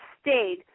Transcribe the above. stayed